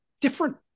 different